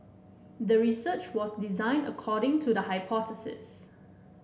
the research was designed according to the hypothesis